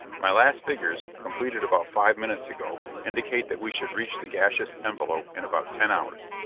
my last figures, completed about five minutes ago, indicate that we should reach the gaseous envelope in about ten hours.